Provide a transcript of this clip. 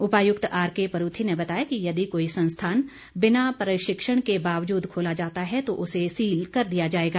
उपायुक्त R K Paruthi ने बताया कि यदि कोई संस्थान बिना प्रशिक्षण के बावजूद खोला जाता है तो उसे सील कर दिया जाएगा